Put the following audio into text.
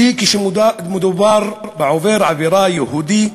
וכשמדובר בעובר עבירה יהודי,